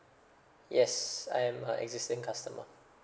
yes I am uh existing customer